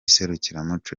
serukiramuco